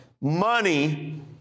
money